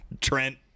trent